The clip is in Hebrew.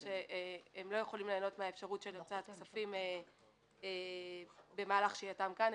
זה לא מאפשר להם ליהנות מהאפשרות של הוצאת כספים במהלך שהייתם כאן,